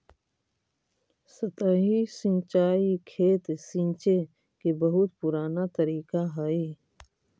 सतही सिंचाई खेत सींचे के बहुत पुराना तरीका हइ